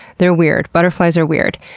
they're weird. butterflies are weird.